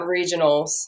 regionals